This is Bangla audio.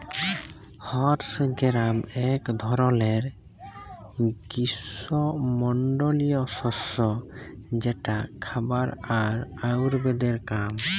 হর্স গ্রাম এক ধরলের গ্রীস্মমন্ডলীয় শস্য যেটা খাবার আর আয়ুর্বেদের কাম